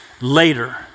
Later